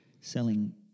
selling